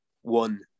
one